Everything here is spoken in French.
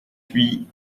huit